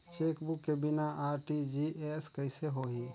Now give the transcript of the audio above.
Chequebook के बिना RTGS कइसे होही?